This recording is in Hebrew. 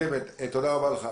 תודה רבה לך,